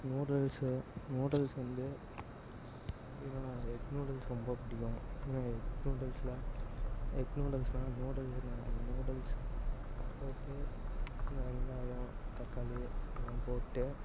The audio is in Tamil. நூடுல்ஸு நூடுல்ஸ் வந்து அதிகம் எக் நூடுல்ஸ் ரொம்ப பிடிக்கும் ஏனால் எக் நூடுல்ஸில் எக் நூடுல்ஸ்லாம் நூடுல்ஸு நான் நூடுல்ஸ் போட்டு இன்னும் வெங்காயம் தக்காளி இதெலாம் போட்டு